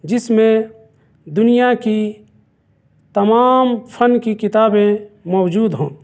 جس میں دنیا کی تمام فن کی کتابیں موجود ہوں